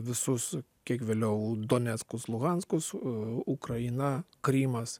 visus kiek vėliau doneckus luhanskus ukraina krymas